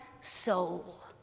soul